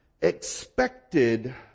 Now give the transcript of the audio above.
expected